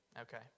Okay